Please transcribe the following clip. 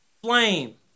flame